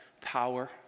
power